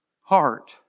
heart